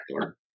door